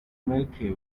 milky